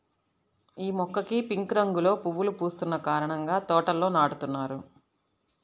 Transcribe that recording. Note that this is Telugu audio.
యీ మొక్కకి పింక్ రంగులో పువ్వులు పూస్తున్న కారణంగా తోటల్లో నాటుతున్నారు